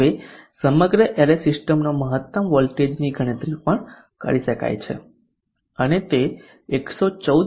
હવે સમગ્ર એરે સિસ્ટમનો મહત્તમ વોલ્ટેજની ગણતરી પણ કરી શકાય છે અને તે 114